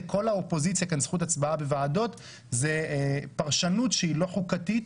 זאת פרשנות שהיא לא חוקתית.